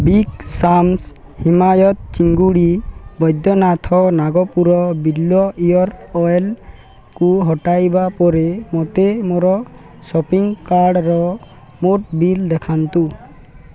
big Sam's ହିମାୟିତ ଚିଙ୍ଗୁଡ଼ି ଏବଂ ବୈଦ୍ୟନାଥ ନାଗପୁର ବିଲ୍ୱ ଇଅର୍ ଅଏଲ୍କୁ ହଟାଇବା ପରେ ମୋତେ ମୋର ସପିଂ କାର୍ଡ଼ର ମୋଟ ବିଲ୍ ଦେଖାନ୍ତୁ